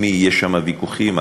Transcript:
יש שם ויכוחים,